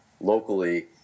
locally